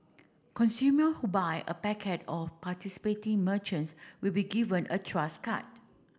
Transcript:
consumer who buy a of participating merchants will be given a Trust card